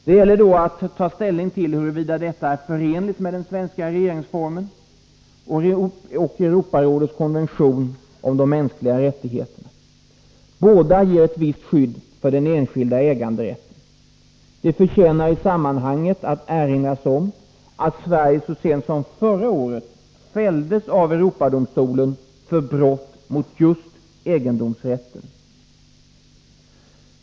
Det gäller då att ta ställning till huruvida detta är förenligt med den svenska regeringsformen och Europarådets konvention om de mänskliga rättigheterna. Båda ger ett visst skydd för den enskilda äganderätten. Det förtjänar i sammanhanget att erinras om att Sverige så sent som förra året fälldes av Europadomstolen för brott mot just egendomsrätten.